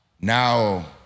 now